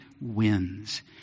wins